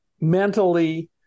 mentally